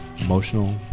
emotional